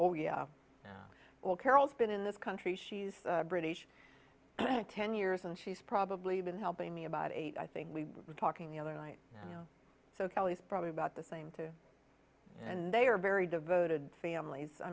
oh yeah well carol's been in this country she's british ten years and she's probably been helping me about eight i think we were talking the other night so kelly's probably about the same to and they are very devoted families i